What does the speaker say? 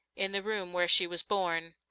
in the room where she was born.